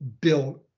built